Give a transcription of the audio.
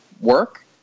work